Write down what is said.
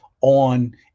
on